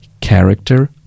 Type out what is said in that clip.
character